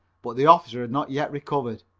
but the officer had not yet recovered.